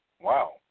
Wow